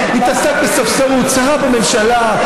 התעסקת בספסרות, שרה בממשלה.